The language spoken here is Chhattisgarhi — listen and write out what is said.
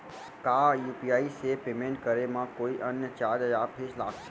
का यू.पी.आई से पेमेंट करे म कोई अन्य चार्ज या फीस लागथे?